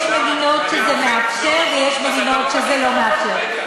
יש מדינות שזה מאפשר ויש מדינות שזה לא מאפשר.